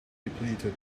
depleted